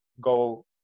go